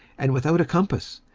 and without a compass,